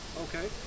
Okay